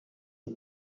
aux